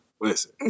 listen